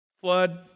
flood